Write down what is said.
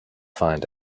find